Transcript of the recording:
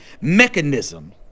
mechanism